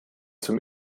zum